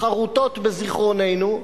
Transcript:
חרותות בזיכרוננו,